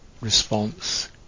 response